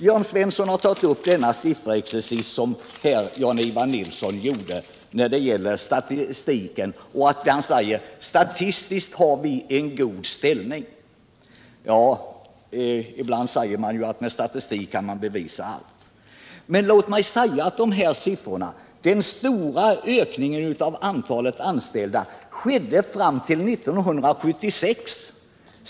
Jörn Svensson har tagit upp Jan-Ivan Nilssons sifferexercis, som visade att vi statistiskt har en god ställning. Ja, ibland säger man att med statistik kan allt bevisas. Men låt mig säga beträffande de här siffrorna att den stora ökningen av antalet anställda skedde fram till 1976.